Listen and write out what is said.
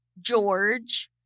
George